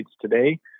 today